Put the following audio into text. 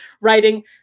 writing